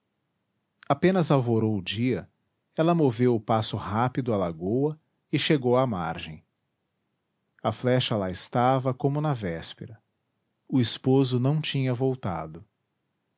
apenas alvorou o dia ela moveu o passo rápido a lagoa e chegou à margem a flecha lá estava como na véspera o esposo não tinha voltado